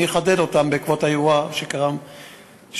אני אחדד אותם בעקבות האירוע שקרה בצבא,